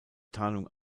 tarnung